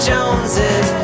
Joneses